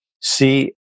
see